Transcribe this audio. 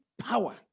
power